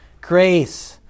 Grace